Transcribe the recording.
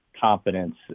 confidence